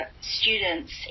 students